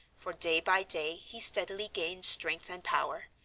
for day by day he steadily gained strength and power,